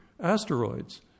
asteroids